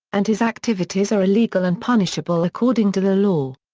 and his activities are illegal and punishable according to the law.